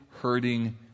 hurting